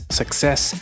success